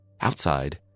Outside